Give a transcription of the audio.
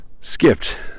skipped